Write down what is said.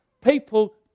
People